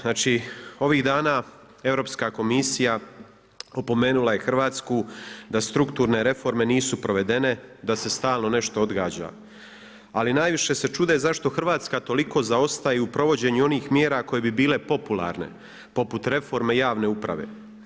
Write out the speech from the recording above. Znali ovih dana Europska komisija opomenula je Hrvatsku da strukturne reforme nisu provedene, da se stalno nešto odgađa, ali najviše se čude zašto Hrvatska toliko zaostaje u provođenju onih mjera koje bi bile popularne, poput reforme javne uprave.